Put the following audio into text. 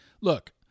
look